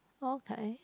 okay